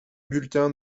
bulletin